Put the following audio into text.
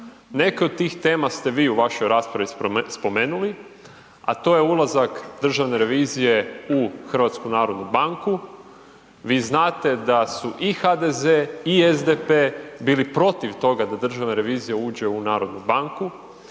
Neke od tih tema ste vi u vašoj raspravi spomenuli a to je ulazak Državne revizije u HNB, vi znate su i HDZ i SDP bili protiv toga da Državna revizija uđe u Narodnu banku.